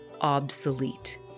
obsolete